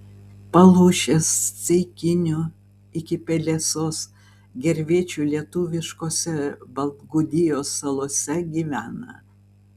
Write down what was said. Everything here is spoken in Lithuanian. palūšės ceikinių iki pelesos gervėčių lietuviškose baltgudijos salose gyvena